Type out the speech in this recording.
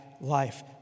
life